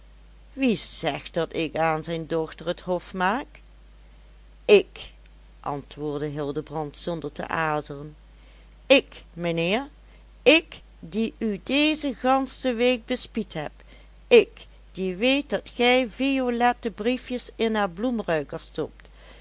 wie zegt dat ik aan zijn dochter het hof maak ik antwoordde hildebrand zonder te aarzelen ik mijnheer ik die u deze gansche week bespied heb ik die weet dat gij violette briefjes in haar bloemruikers stopt